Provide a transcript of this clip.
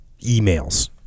emails